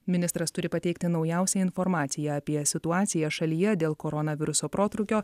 ministras turi pateikti naujausią informaciją apie situaciją šalyje dėl koronaviruso protrūkio